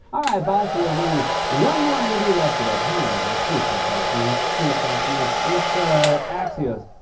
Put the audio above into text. all right, boss. we have only one more interview left today. where is it? please say fox news. please, fox news. it's, ah, axios.